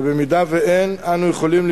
ובמידה שאין אנו יכולים,